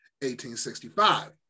1865